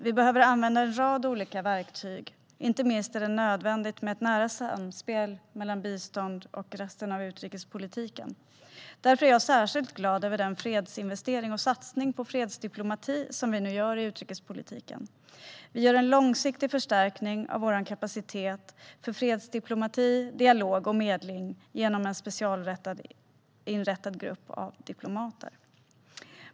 Vi behöver använda en rad olika verktyg, inte minst är det nödvändigt med ett nära samspel mellan bistånd och resten av utrikespolitiken. Därför är jag särskilt glad över den fredsinvestering och satsning på fredsdiplomati som vi nu gör i utrikespolitiken. Det blir en långsiktig förstärkning av vår kapacitet för fredsdiplomati, dialog och medling genom en specialinrättad grupp av diplomater.